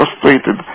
frustrated